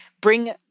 bring